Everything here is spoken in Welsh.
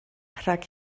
rhag